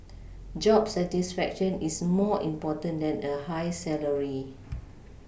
job satisfaction is more important than a high salary